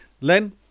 Len